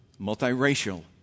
multiracial